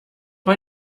mal